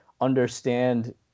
understand